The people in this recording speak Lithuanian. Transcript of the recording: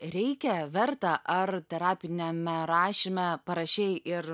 reikia verta ar terapiniame rašyme parašei ir